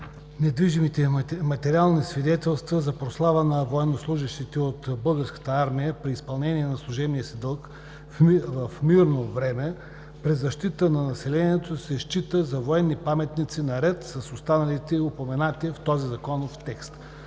недвижимите материални свидетелства за прослава на военнослужещи от българската армия, при изпълнение на служебния си дълг в мирно време при защита на населението, се считат за военни паметници наред с останалите упоменати в този законов текст